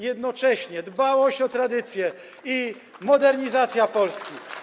Jednoczenie dbałość o tradycję i modernizacja Polski.